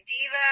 Diva